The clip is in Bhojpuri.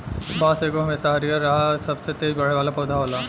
बांस एगो हमेशा हरियर रहे आ सबसे तेज बढ़े वाला पौधा होला